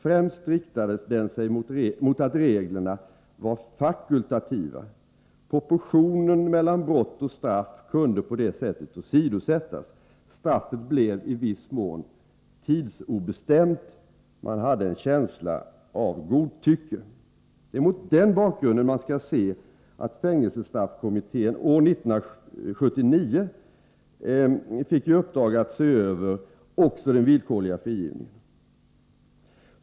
Främst riktade den sig mot att reglerna var fakultativa. Proportionen mellan brott och straff kunde på det sättet åsidosättas. Straffet blevi viss mån tidsobestämt; man hade en känsla av godtycke. Det är mot den bakgrunden man skall se att fängelsestraffkommittén år 1979 fick i uppdrag att se över också den villkorliga frigivningen.